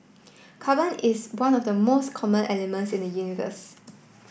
carbon is one of the most common elements in the universe